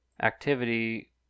activity